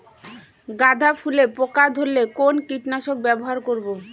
গাদা ফুলে পোকা ধরলে কোন কীটনাশক ব্যবহার করব?